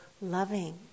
loving